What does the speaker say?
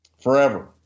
forever